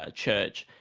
ah church,